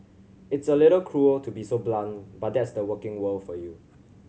it's a little cruel to be so blunt but that's the working world for you